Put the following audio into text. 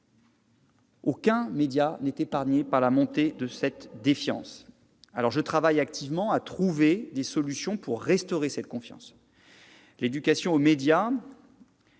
aucun média n'est épargné par la montée de la défiance. Je travaille activement à trouver des solutions pour restaurer cette confiance. L'éducation aux médias-